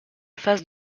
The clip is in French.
phase